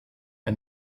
and